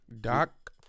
Doc